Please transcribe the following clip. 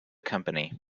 company